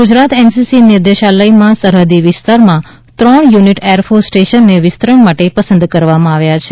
Gujarat NCC નિદેશાલયમાં સરહદી વિસ્તારોમાં ત્રણ યુનિટ એરફોર્સ સ્ટેશનને વિસ્તરણ માટે પસંદ કરવામાં આવ્યા છે